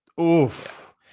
oof